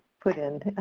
put in.